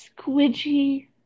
Squidgy